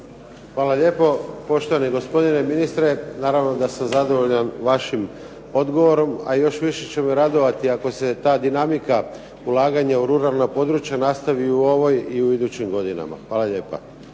Hvala lijepo. Poštovani gospodine ministre, naravno da sam zadovoljan vašim odgovorom, a još više će me radovati ako se ta dinamika ulaganja u ruralna područja nastavi i u ovoj i u idućim godinama. Hvala lijepa.